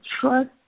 trust